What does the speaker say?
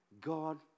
God